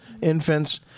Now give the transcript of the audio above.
infants